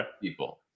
People